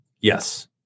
Yes